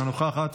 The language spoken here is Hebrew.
אינה נוכחת,